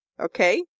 Okay